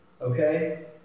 okay